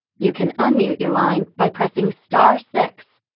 you can unmute your line by pressing star six.